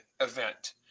event